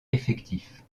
effectif